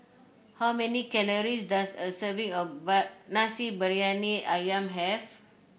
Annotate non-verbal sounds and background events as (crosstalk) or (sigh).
how many calories does a serving of (unintelligible) Nasi Briyani ayam have